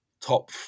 top